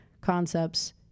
concepts